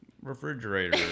refrigerator